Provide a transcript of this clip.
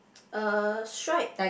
uh stripe